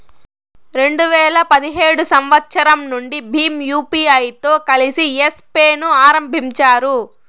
రెండు వేల పదిహేడు సంవచ్చరం నుండి భీమ్ యూపీఐతో కలిసి యెస్ పే ను ఆరంభించారు